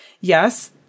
Yes